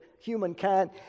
humankind